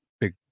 big